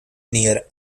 near